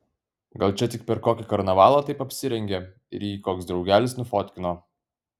gal čia tik per kokį karnavalą taip apsirengė ir jį koks draugelis nufotkino